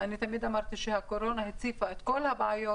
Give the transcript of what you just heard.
אני תמיד אמרתי שהקורונה הציפה את כל הבעיות